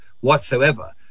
whatsoever